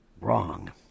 wrong